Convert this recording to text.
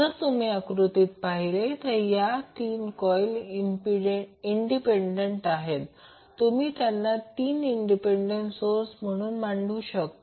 जर तुम्ही आकृतीत पाहिले तर या 3 कॉइल इंडिपेंडेंट आहेत तुम्ही त्यांना 3 इंडिपेंडेंट सोर्स म्हणून मांडू शकता